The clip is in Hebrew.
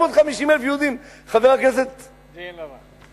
650,000 יהודים, חבר הכנסת בן-סימון.